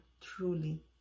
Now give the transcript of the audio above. truly